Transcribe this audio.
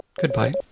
Goodbye